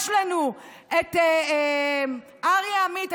יש לנו את אריה עמית,